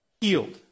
healed